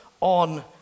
on